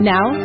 Now